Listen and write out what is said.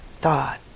thought